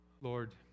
Lord